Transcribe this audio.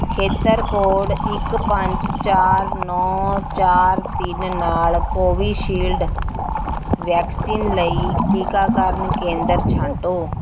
ਖੇਤਰ ਕੋਡ ਇੱਕ ਪੰਜ ਚਾਰ ਨੌਂ ਚਾਰ ਤਿੰਨ ਨਾਲ ਕੋਵਿਸ਼ਿਲਡ ਵੈਕਸੀਨ ਲਈ ਇੱਕ ਟੀਕਾਕਰਨ ਕੇਂਦਰ ਛਾਂਟੋ